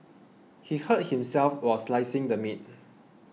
he hurt himself while slicing the meat